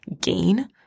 gain